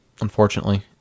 unfortunately